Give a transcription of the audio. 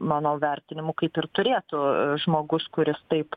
mano vertinimu kaip ir turėtų žmogus kuris taip